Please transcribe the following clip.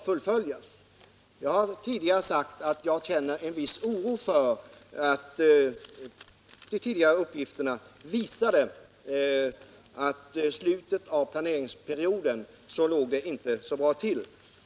Jag har sagt att jag kände en viss oro, eftersom de tidigare uppgifterna visade att utbyggnadstakten under slutet av planeringsperioden inte var tillräcklig.